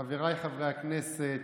חבריי חברי הכנסת,